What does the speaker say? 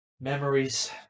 memories